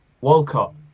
walcott